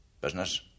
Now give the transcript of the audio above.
business